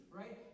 right